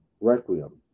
Requiem